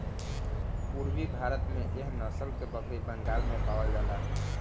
पूरबी भारत में एह नसल के बकरी बंगाल में पावल जाला